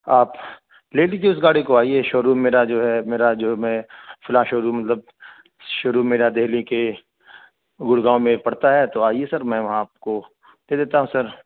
آپ لے لیجیے اس گاڑی کو آئیے شو روم میرا جو ہے میرا جو میں فلاں شو روم مطلب شو روم میرا دہلی کے گرگاؤں میں پڑتا ہے تو آئیے سر میں وہاں آپ کو دے دیتا ہوں سر